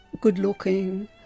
good-looking